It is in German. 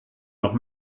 noch